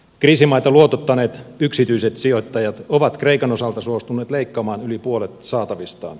kriisimaita luotottaneet yksityiset sijoittajat ovat kreikan osalta suostuneet leikkaamaan yli puolet saatavistaan